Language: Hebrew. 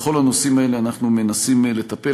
בכל הנושאים האלה אנחנו מנסים לטפל,